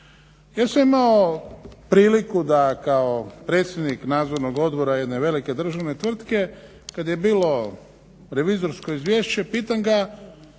Ja sam imao priliku da kao predsjednik Nadzornog odbora jedne velike državne tvrtke kad je bilo revizorsko izvješće pitam ga